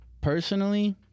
personally